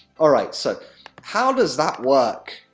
alright, so how does that work?